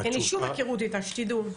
אין לי שום היכרות איתה, שתדעו.